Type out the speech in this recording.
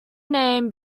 named